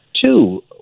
Two